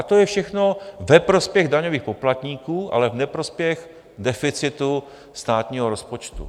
To všechno je ve prospěch daňových poplatníků, ale v neprospěch deficitu státního rozpočtu.